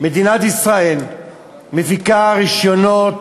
מדינת ישראל מפיקה רישיונות